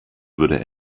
würde